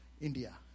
India